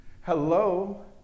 Hello